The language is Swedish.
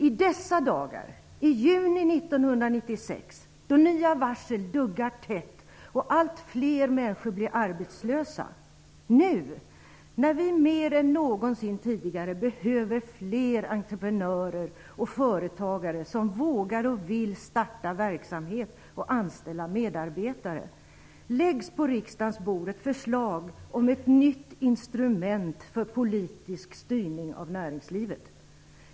I dessa dagar, i juni 1996, då nya varsel duggar tätt och allt fler människor blir arbetslösa, nu när vi mer än någonsin tidigare behöver fler entreprenörer och företagare som vågar och vill starta verksamhet och anställa medarbetare, läggs på riksdagens bord ett förslag om ett nytt instrument för politisk styrning av näringslivet.